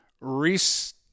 Reese